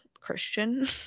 Christian